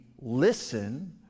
listen